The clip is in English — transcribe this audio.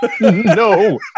no